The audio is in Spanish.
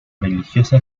religiosa